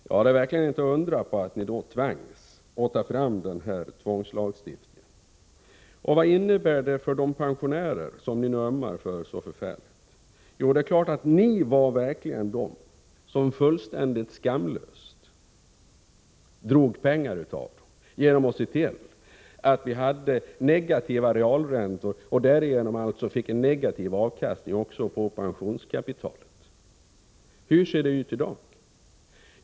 Det är verkligen inte att undra på att ni då måste börja tillämpa den här tvångslagstiftningen. Vad innebär det för de pensionärer som ni nu ömmar så förfärligt för? Jo, ni var verkligen de som fullständigt skamlöst drog pengar av dessa personer, genom att se till att vi hade negativa realräntor och därigenom alltså fick en negativ avkastning också på pensionskapitalet. Hur ser det ut i dag?